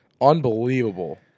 Unbelievable